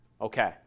Okay